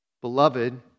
Beloved